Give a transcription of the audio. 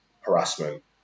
harassment